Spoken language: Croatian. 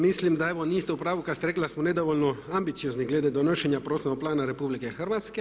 Mislim da evo niste u pravu kad ste rekli da smo nedovoljno ambiciozni glede donošenja prostornog plana RH.